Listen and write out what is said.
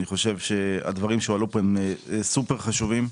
אני חושב שהדברים שהועלו פה הם סופר חשובים.